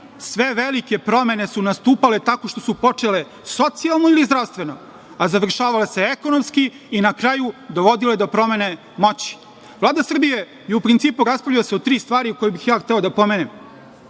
Sve velike promene su nastupale tako što su počele socijalno ili zdravstveno, a završavale se ekonomski i na kraju dovodile do promene moći. Vlada Srbije u principu raspravlja o tri stvari koje bih ja hteo da pomenem.